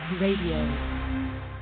radio